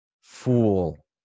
fool